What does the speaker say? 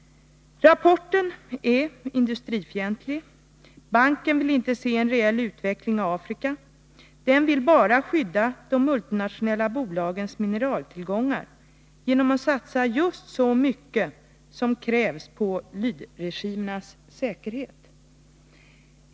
Rapporten är industrifientlig, Banken vill inte se reell utveckling i Afrika. Den vill bara skydda de multinationella bolagens mineraltillgångar genom att satsa just så mycket som krävs för lydregimernas säkerhet.